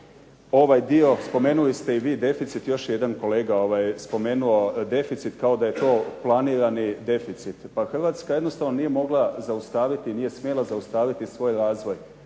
ovaj dio, spomenuli ste i vi deficit, još jedan kolega je spomenuo deficit kao da je to planirani deficit. Pa Hrvatska jednostavno nije mogla zaustaviti, nije smjela zaustaviti svoj razvoj.